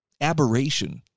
aberration